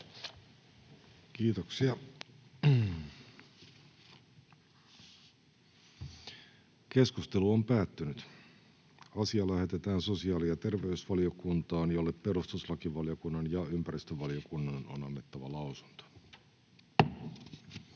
oikein. Puhemiesneuvosto esittää, että asia lähetetään sosiaali- ja terveysvaliokuntaan, jolle perustuslakivaliokunnan ja sivistysvaliokunnan on annettava lausunto.